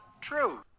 true